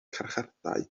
carchardai